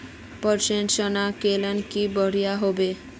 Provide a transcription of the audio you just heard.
Spray machine किनले की बढ़िया होबवे?